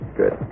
Good